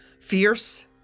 Fierce